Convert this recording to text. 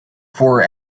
for